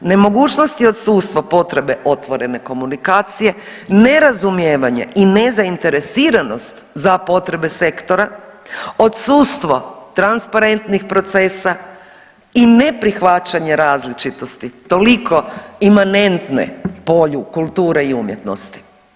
Nemogućnosti odsustva potrebe otvorene komunikacije, nerazumijevanje i nezainteresiranost za potrebe sektora, odsustvo transparentnih procesa i neprihvaćanje različitosti imanentne polju kulture i umjetnosti.